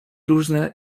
różne